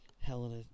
Helena